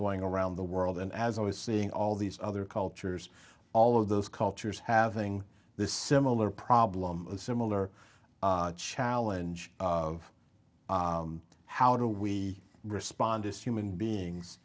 going around the world and as i was seeing all these other cultures all of those cultures having the similar problem a similar challenge of how do we respond as human beings